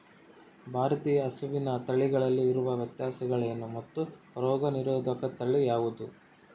ಭಾರತೇಯ ಹಸುವಿನ ತಳಿಗಳಲ್ಲಿ ಇರುವ ವ್ಯತ್ಯಾಸಗಳೇನು ಮತ್ತು ರೋಗನಿರೋಧಕ ತಳಿ ಯಾವುದು?